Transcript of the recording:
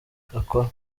akora